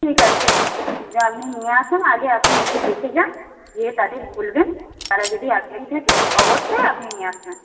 ঠিক আছে আপনি নিয়ে আসুন আগে আপনি নিজে দেখে যান গিয়ে তাহলে বলবেন তারা যদি আগ্রহী থাকে অবশ্যই আপনি নিয়ে আসবেন